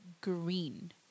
green